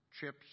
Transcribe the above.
chips